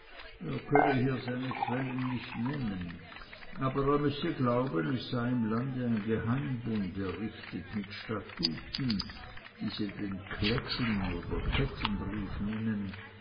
er könne hier seine quellen nicht nennen aber er müsse glauben es sei im lande ein geheimbund errichtet mit statuten die sie den kletten oder kettenbrief nennen